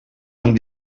amb